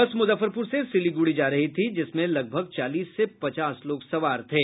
बस मुजफ्फरपुर से सिलीगुड़ी जा रही थी जिसमें लगभग चालीस से पचास लोग सवार थे